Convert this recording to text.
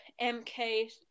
MK